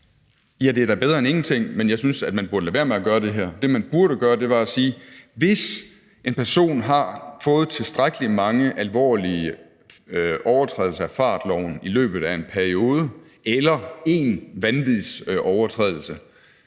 Ja, det er da bedre end ingenting, men jeg synes, at man burde lade være med at gøre det her. Det, man burde gøre, var at sige: Hvis en person har fået tilstrækkeligt mange alvorlige domme for overtrædelse af fartgrænserne i løbet af en periode eller én overtrædelse